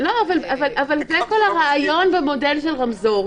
אבל זה כל הרעיון במודל של רמזור,